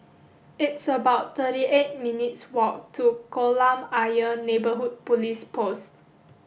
it's about thirty eight minutes walk to Kolam Ayer Neighbourhood Police Post